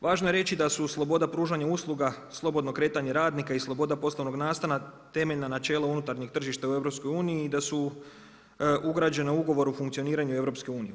Važno je reći da su sloboda u pružanju, usluga slobodno kretanje radnika i sloboda poslovnog nastana temeljena na načelu unutarnjih tržišta u EU i da su ugrađena u ugovoru u funkcioniranju EU-a.